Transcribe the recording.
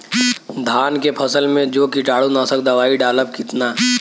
धान के फसल मे जो कीटानु नाशक दवाई डालब कितना?